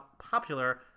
popular